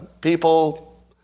people